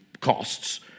costs